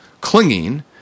clinging